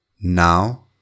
Now